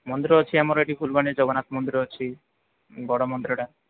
ମନ୍ଦିର ଅଛି ଆମର ଏଠି ଫୁଲବାଣୀ ଜଗନ୍ନାଥ ମନ୍ଦିର ଅଛି ବଡ଼ ମନ୍ଦିରଟା